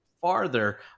farther